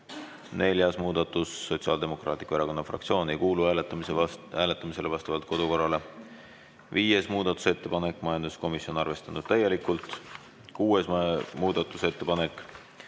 Neljas muudatus, Sotsiaaldemokraatliku Erakonna fraktsioon, ei kuulu hääletamisele vastavalt kodukorrale. Viies muudatusettepanek, majanduskomisjon, arvestatud täielikult. Kuues muudatusettepanek,